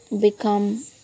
become